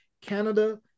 Canada